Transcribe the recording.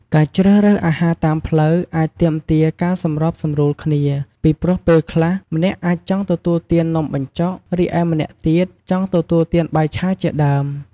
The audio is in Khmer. ការជ្រើសរើសអាហារតាមផ្លូវអាចទាមទារការសម្របសម្រួលគ្នា ពីព្រោះពេលខ្លះ ម្នាក់អាចចង់ទទួលទាននំបញ្ចុក រីឯម្នាក់ទៀតចង់ទទួលទានបាយឆាជាដើម។